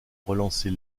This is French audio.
relancer